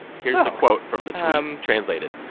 here's the quote from the tweet, um translated.